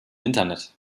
internet